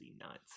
nuts